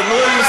נו,